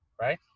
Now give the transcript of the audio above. right